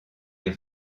est